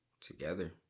together